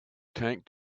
tank